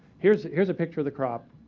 here's here's a picture of the crop.